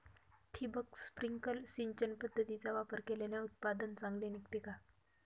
ठिबक, स्प्रिंकल सिंचन पद्धतीचा वापर केल्याने उत्पादन चांगले निघते का?